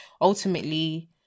ultimately